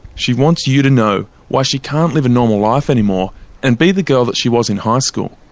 she wants you to know why she can't live a normal life anymore and be the girl that she was in high school.